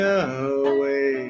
away